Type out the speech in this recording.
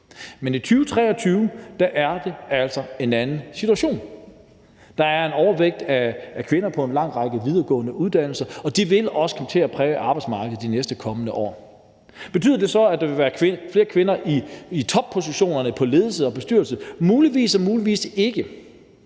Men i 2023 er der altså en anden situation. Der er en overvægt af kvinder på en lang række videregående uddannelser, og de vil også komme til at præge arbejdsmarkedet de kommende år. Betyder det så, at der vil være flere kvinder i toppositionerne på ledelses- og bestyrelsesniveau? Muligvis og muligvis ikke.